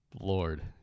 Lord